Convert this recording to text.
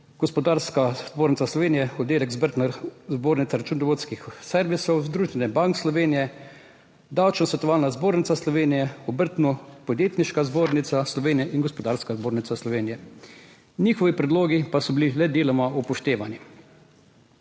Gospodarska zbornica Slovenije, oddelek Obrtna zbornica računovodskih servisov, Združenje bank Slovenije, Davčno svetovalna zbornica Slovenije, Obrtno podjetniška zbornica Slovenije in Gospodarska zbornica Slovenije. Njihovi predlogi pa so bili le deloma upoštevani.